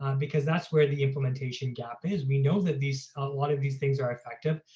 um because that's where the implementation gap is. we know that these, a lot of these things are effective.